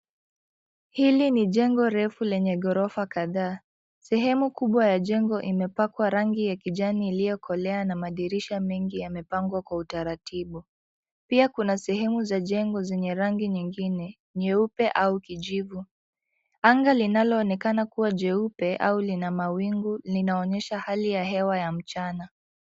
Hili ni jengo refu lenye ghorofa kadhaa. Sehemu kubwa ya jengo imepakwa rangi ya kijani iliyokolea na madirisha mengi yamepangwa kwa utaratibu. Pia kuna sehemu za jengo zenye rangi nyingine, nyeupe au kijivu. Anga linaloonekana kuwa jeupe au lina mawingu linaonyesha hali ya hewa mchana.